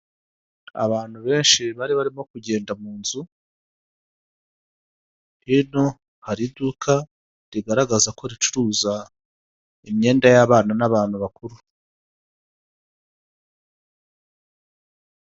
Abantu benshi bari barimo kugenda mu nzu hino hari iduka rigaragaza ko ricuruza imyenda y'abana n'abantu bakuru.